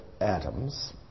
atoms